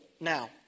now